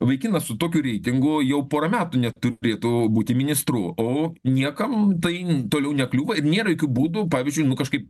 vaikinas su tokiu reitingu jau pora metų neturėtų būti ministru o niekam tai toliau nekliūva nėra jokių būdų pavyzdžiui nu kažkaip